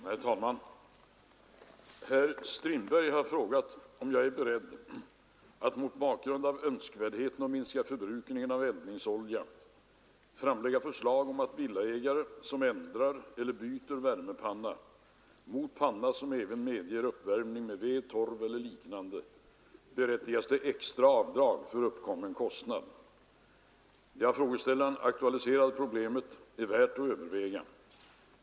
Herr talman! Herr Strindberg har frågat om jag är beredd att mot bakgrund av önskvärdheten att minska förbrukningen av eldningsolja framlägga förslag om att villaägare, som ändrar eller byter värmepanna mot panna som även medger uppvärmning 'med ved, torv eller liknande, berättigas till extra avdrag för uppkommen kostnad. Det av frågeställaren aktualiserade problemet är värt att överväga.